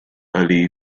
early